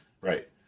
right